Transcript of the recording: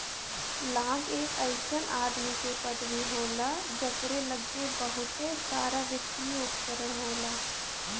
लांग एक अइसन आदमी के पदवी होला जकरे लग्गे बहुते सारावित्तिय उपकरण होला